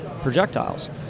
projectiles